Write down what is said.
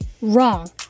wrong